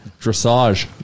dressage